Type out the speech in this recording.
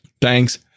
Thanks